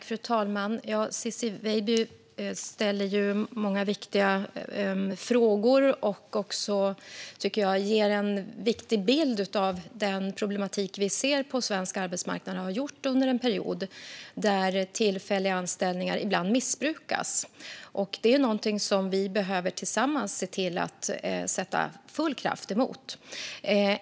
Fru talman! Ciczie Weidby ställer många viktiga frågor, och hon ger en viktig bild av de problem vi ser, och har sett under en period, på svensk arbetsmarknad där tillfälliga anställningar ibland missbrukas. Det är något som vi tillsammans behöver sätta full kraft emot.